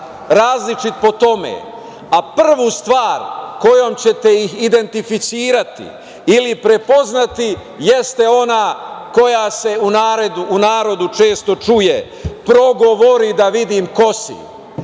različit po tome, a prvu stvar kojom ćete ih identifikovati ili prepoznati jeste ona koja se u narodu često čuje – progovori da vidim ko si.